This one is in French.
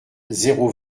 zéro